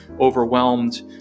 overwhelmed